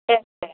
சரி தேங்க்ஸ்